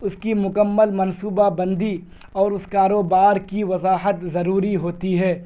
اس کی مکمل منصوبہ بندی اور اس کاروبار کی وضاحت ضروری ہوتی ہے